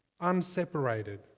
unseparated